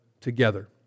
together